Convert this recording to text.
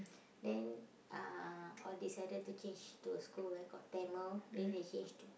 then uh all decided to change to a school where got Tamil then they change